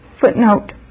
Footnote